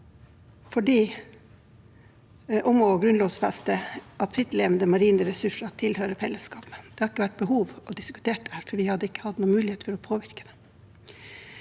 i dag, om å grunnlovfeste at frittlevende marine ressurser tilhører fellesskapet. Det hadde ikke vært behov for å diskutere det, for vi hadde ikke hatt noen muligheter for å påvirke.